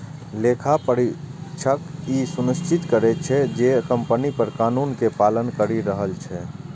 लेखा परीक्षक ई सुनिश्चित करै छै, जे कंपनी कर कानून के पालन करि रहल छै